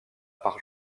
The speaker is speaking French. par